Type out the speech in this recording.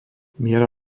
miera